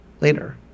later